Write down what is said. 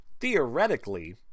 Theoretically